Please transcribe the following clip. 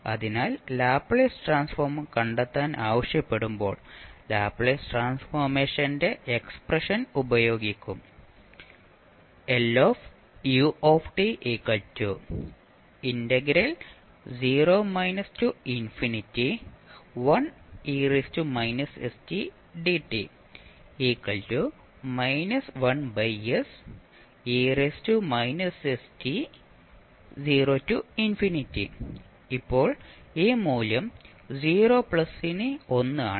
അതിനാൽ Laplace transform കണ്ടെത്താൻ ആവശ്യപ്പെടുമ്പോൾ ലാപ്ലേസ് ട്രാൻസ്ഫോർമേഷന്റെ എക്സ്പ്രഷൻ ഉപയോഗിക്കും ഇപ്പോൾ ഈ മൂല്യം 0 പ്ലസിന് 1 ആണ്